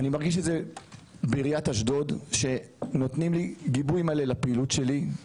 אני מרגיש את זה בעירית אשדוד שנותנים לי גיבוי מלא לפעילות שלי,